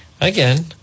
again